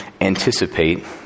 anticipate